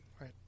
Right